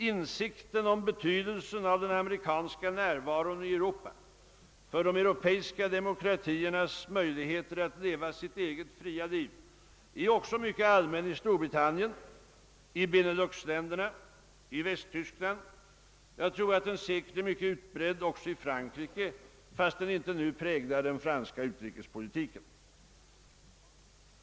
Insikten om betydelsen av den amerikanska närvaron i Europa för de europeiska demokratiernas möjligheter att leva sina egna fria liv är också mycket allmän i Storbritannien, i Beneluxländerna, i Västtyskland och jag tror att den säkert är mycket utbredd också i Frankrike fastän den inte nu präglar den franska utrikespolitiken.